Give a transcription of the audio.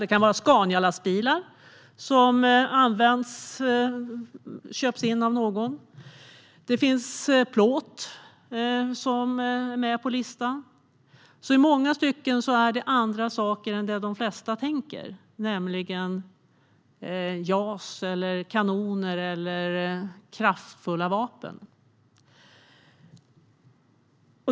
Det kan vidare handla om Scanialastbilar som köps in av någon. Plåt finns med på listan. I många stycken gäller det andra saker än vad de flesta tänker på, såsom JAS, kanoner och kraftfulla vapen.